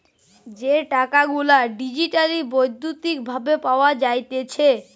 যে টাকা গুলা ডিজিটালি বৈদ্যুতিক ভাবে পাওয়া যাইতেছে